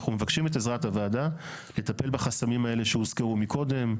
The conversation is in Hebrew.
אנחנו מבקשים את עזרת הוועדה לטפל בחסמים האלה שהוזכרו מקודם.